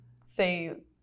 say